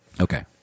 Okay